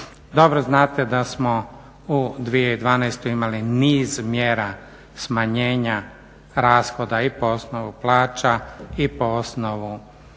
Dobro znate da smo u 2012. imali niz mjera smanjenja rashoda i po osnovu plaća i po osnovu